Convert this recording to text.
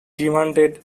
demanded